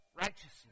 righteousness